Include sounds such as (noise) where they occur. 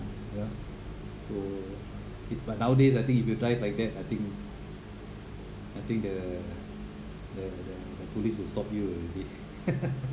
you know so it but nowadays I think if you drive like that I think I think the the the the police will stop you already (laughs)